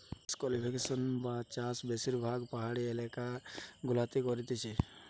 terrace cultivation বা চাষ বেশিরভাগ পাহাড়ি এলাকা গুলাতে করতিছে